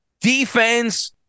defense